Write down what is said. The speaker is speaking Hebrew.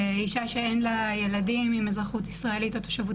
אישה שאין לה ילדים עם אזרחות ישראלית או תושבות